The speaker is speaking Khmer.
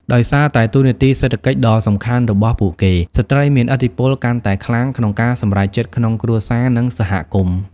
ដោយសារតែតួនាទីសេដ្ឋកិច្ចដ៏សំខាន់របស់ពួកគេ ស្ត្រីមានឥទ្ធិពលកាន់តែខ្លាំងក្នុងការសម្រេចចិត្តក្នុងគ្រួសារ និងសហគមន៍។